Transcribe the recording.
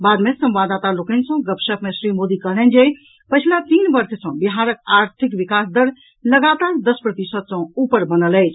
बाद मे संवाददाता लोकनि सॅ गपशप मे श्री मोदी कहलनि जे पछिला तीन वर्ष सॅ बिहारक आर्थिक विकास दर लगातार दस प्रतिशत सॅ ऊपर बनल अछि